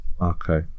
Okay